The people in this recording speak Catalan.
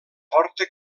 forta